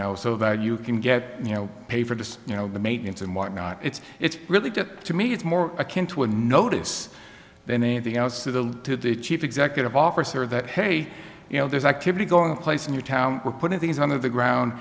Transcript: know so that you can get you know pay for just you know the maintenance and whatnot it's it's really get to me it's more akin to a notice than anything else to the to the chief executive officer that hey you know there's activity going on place in your town we're putting things on the ground